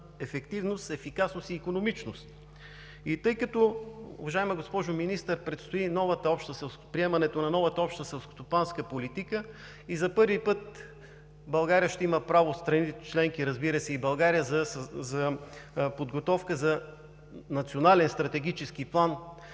ефективност, ефикасност и икономичност. И тъй като, уважаема госпожо Министър, предстои приемането на новата Обща селскостопанска политика и за първи път България ще има право, страните членки, разбира се, и България, за подготовка за Национален стратегически план,